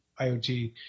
IoT